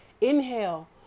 inhale